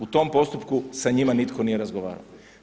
U tom postupku sa njima nitko nije razgovarao.